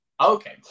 Okay